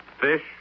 fish